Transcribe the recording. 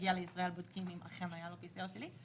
שמגיע לישראל בודקים אם אכן היה לו PCR שלילי.